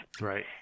Right